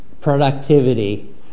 productivity